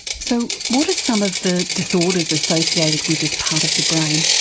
so what are some of the disorders associated with this part of the brain?